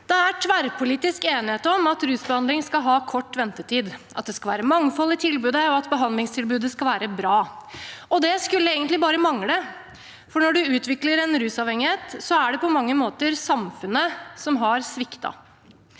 Det er tverrpolitisk enighet om at rusbehandling skal ha kort ventetid, at det skal være mangfold i tilbudet, og at behandlingstilbudet skal være bra. Det skulle egentlig bare mangle, for når man utvikler en rusavhengighet, er det på mange måter samfunnet som har sviktet.